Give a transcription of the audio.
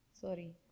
Sorry